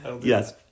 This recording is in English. Yes